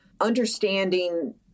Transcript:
understanding